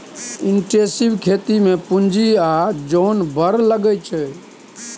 intensive खेती मे पुंजी आ जोन बड़ लगै छै